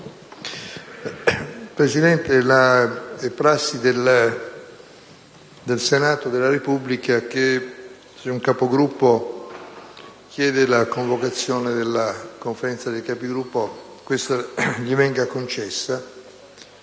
Presidente, è prassi del Senato della Repubblica che se un Capogruppo chiede la convocazione della Conferenza dei Capigruppo questa gli venga concessa: